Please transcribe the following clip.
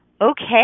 Okay